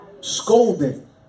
scolding